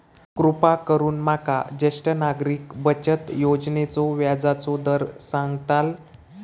कृपा करून माका ज्येष्ठ नागरिक बचत योजनेचो व्याजचो दर सांगताल